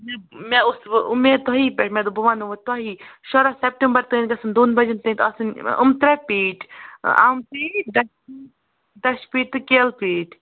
مےٚ مےٚ اوس وٕ اُمید تۄہی پٮ۪ٹھ مےٚ دوٚپ بہٕ وَنَو وٕ تۄہی شُراہ سیٚپٹمبَر تانۍ گژھَن دۄن بَجَن تانِتھ آسٕنۍ یِم ترٛہ پیٖٹ اَمب پیٖٹ گژھِ دَچھِ پیٖٹ تہٕ کیٚلہٕ پیٖٹ